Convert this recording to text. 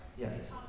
Yes